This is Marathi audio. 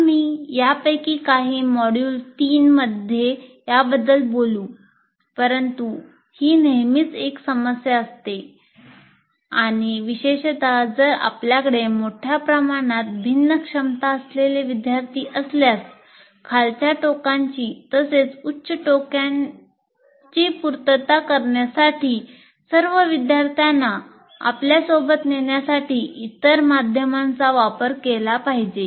आम्ही त्यापैकी काही मॉड्यूल 3 मध्ये याबद्दल बोलू परंतु ही नेहमीच एक समस्या असते आणि विशेषत जर आपल्याकडे मोठ्या प्रमाणात भिन्न क्षमता असलेले विद्यार्थी असल्यास खालच्या टोकाची तसेच उच्च टोक्याने पूर्तता करण्यासाठी सर्व विद्यार्थ्यांना आपल्यासोबत नेण्यासाठी इतर माध्यमांचा वापर केला पाहिजे